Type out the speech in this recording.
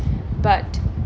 but